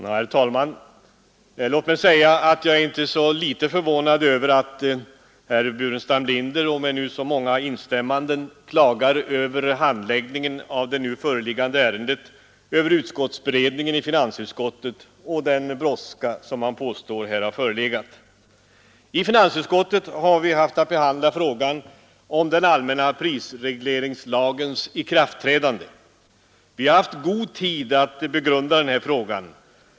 Herr talman! Låt mig säga att jag är inte så litet förvånad över att herr Burenstam Linder, med så många instämmanden, klagar över handläggningen av nu föreliggande ärenden, över utskottsberedningen och den brådska som han påstår har förelegat. I finansutskottet har vi haft att behandla frågan om den allmänna prisregleringslagens ikraftträdande. Vi har haft god tid att begrunda den frågan.